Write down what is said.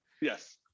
Yes